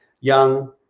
young